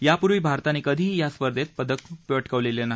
यापूर्वी भारताने कधीही या स्पर्धेत पदक मिळावलेले नाही